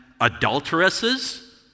adulteresses